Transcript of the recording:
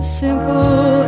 simple